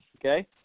Okay